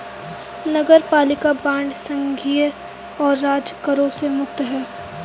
नगरपालिका बांड संघीय और राज्य करों से मुक्त हैं